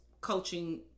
coaching